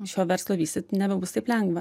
šio verslo vystyt nebebus taip lengva